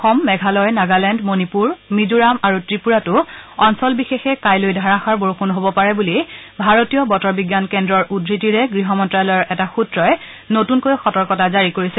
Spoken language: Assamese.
অসম মেঘালয় নাগালেণ্ড মণিপুৰ মিজোৰাম আৰু ত্ৰিপুৰাতো অঞ্চল বিশেষে কাইলৈ ধাৰাষাৰ বৰষুণ হব পাৰে বুলি ভাৰতীয় বতৰ বিজ্ঞান কেন্দ্ৰৰ উদ্ধতিৰে গৃহ মন্ত্ৰালয়ৰ এটা সূত্ৰই নতুনকৈ সতৰ্কতা জাৰি কৰিছে